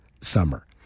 summer